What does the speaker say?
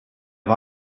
war